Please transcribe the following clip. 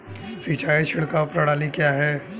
सिंचाई छिड़काव प्रणाली क्या है?